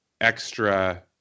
extra